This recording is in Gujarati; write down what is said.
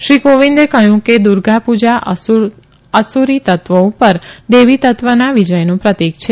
શ્રી કોવિંદે કહયું કે દુર્ગા પુજા અસુરીતત્વો ઉપર દેવીતત્વના વિજયનું પ્રતિક છે